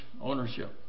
ownership